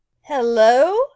Hello